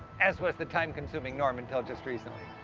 as was the time-consuming norm until just recently.